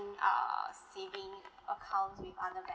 err saving account with other banks